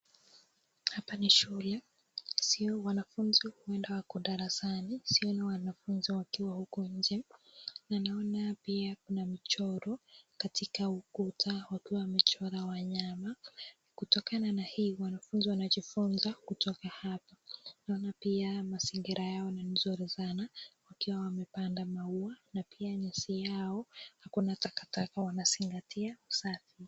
Hapa ni shule sioni wanafunzi huenda wako darasani, sioni wanafunzi wakiwa huku nje, ninaona pia kuna michoro katika ukuta wakiwa wamechora wanyama, Kutokana na hii wanafunzi wanajifunza kutoka hapa ,naona pia mazingira yao ni nzuri sana wakiwa wamepanda maua na pia nyensi yao ako na takataka wanazingatia usafi.